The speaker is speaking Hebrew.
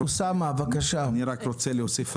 אני רק רוצה להוסיף,